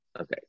Okay